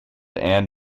and